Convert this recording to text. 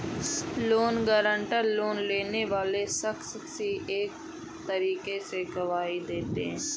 loan guarantor, loan लेने वाले शख्स की एक तरीके से गवाही देते हैं